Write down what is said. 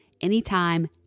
anytime